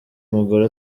mugore